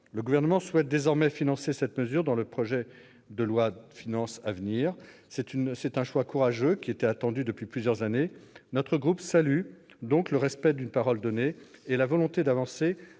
Le Gouvernement souhaite désormais inscrire cette disposition dans le prochain projet de loi de finances. Ce choix courageux était attendu depuis plusieurs années. Notre groupe salue donc le respect de la parole donnée et la volonté d'avancer